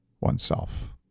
oneself